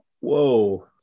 Whoa